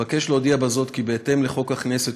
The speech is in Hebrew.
אבקש להודיע בזה כי בהתאם לחוק הכנסת,